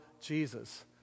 Jesus